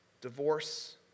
divorce